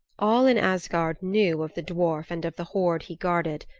all in asgard knew of the dwarf and of the hoard he guarded.